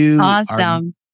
Awesome